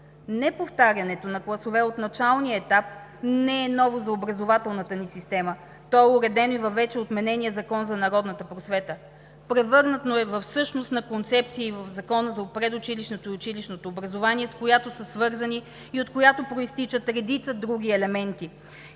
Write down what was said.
Неповтарянето на класове от началния етап не е ново за образователната ни система. То е уредено и във вече отменения Закон за народната просвета. Превърнато е в същностна концепция и в Закона за предучилищното и училищното образование, с която са свързани и от която произтичат редица други елементи: